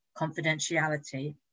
confidentiality